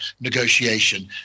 negotiation